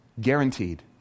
guaranteed